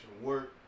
work